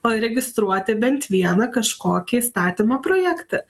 o registruoti bent vieną kažkokį įstatymo projektą